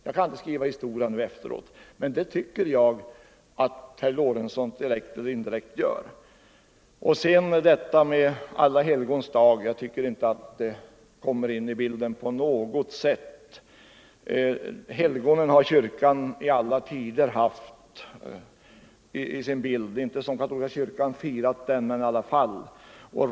Jag kan inte skriva historia nu efteråt, men det tycker jag att herr Lorentzon direkt eller indirekt gör. Och så detta med Alla Helgons dag. Jag tycker inte att det på något sätt har med saken att göra. Helgonen har kyrkan i alla tider haft med i bilden, även om vi inte har firat dem på samma sätt som den katolska kyrkan har gjort.